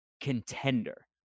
contender